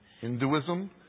Hinduism